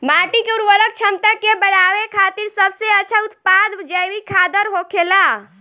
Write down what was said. माटी के उर्वरक क्षमता के बड़ावे खातिर सबसे अच्छा उत्पाद जैविक खादर होखेला